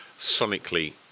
sonically